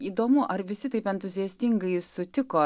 įdomu ar visi taip entuziastingai sutiko